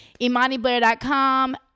ImaniBlair.com